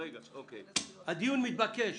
הדיון מתבקש.